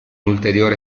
ulteriore